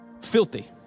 filthy